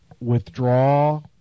withdraw